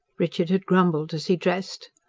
richard had grumbled as he dressed.